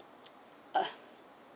ah